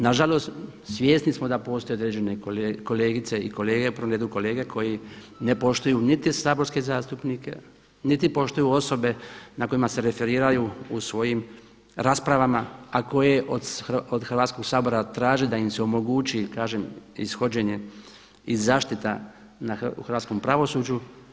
Nažalost svjesni smo da postoje određene kolegice i kolege, u prvom redu kolege koji ne poštuju niti saborske zastupnike, niti poštuju osobe na kojima se referiraju u svojim raspravama a koje od Hrvatskog sabora traže da im se omogući kažem ishođenje i zaštita u hrvatskom pravosuđu.